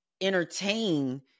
entertain